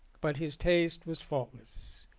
but his taste was faultless.